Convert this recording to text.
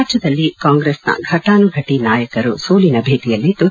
ರಾಜ್ಯದಲ್ಲಿ ಕಾಂಗ್ರೆಸ್ನ ಫಟಾನುಫಟ ನಾಯಕರು ಸೋಲಿನ ಭೀತಿಯಲ್ಲಿದ್ದು